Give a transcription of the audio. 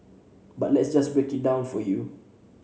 but let's just break it down for you